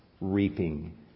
reaping